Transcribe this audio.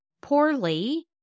poorly